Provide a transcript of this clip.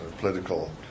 political